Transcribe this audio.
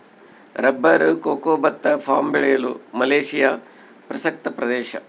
rubber cocoa ಭತ್ತ palm ಬೆಳೆಯಲು Malaysia ಪ್ರಸಕ್ತ ಪ್ರದೇಶ